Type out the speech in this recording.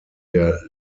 der